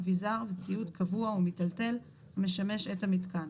אביזר וציוד קבוע או מיטלטל המשמש את המיתקן".